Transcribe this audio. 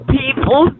people